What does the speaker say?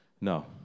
No